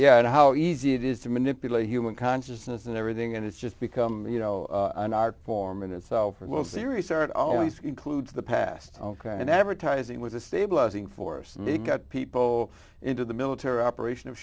yeah how easy it is to manipulate human consciousness and everything and it's just become you know an art form in itself a little serious art always includes the past ok and advertising was a stabilizing force may get people into the military operation of